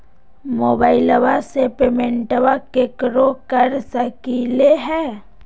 मोबाइलबा से पेमेंटबा केकरो कर सकलिए है?